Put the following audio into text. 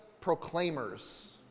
proclaimers